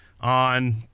on